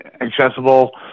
accessible